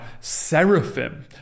seraphim